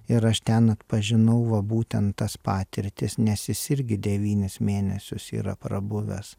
ir aš ten atpažinau va būtent tas patirtis nes jis irgi devynis mėnesius yra prabuvęs